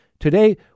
Today